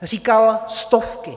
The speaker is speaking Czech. Říkal stovky.